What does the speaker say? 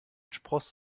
spross